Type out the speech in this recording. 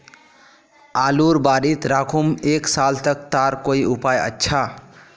आलूर बारित राखुम एक साल तक तार कोई उपाय अच्छा?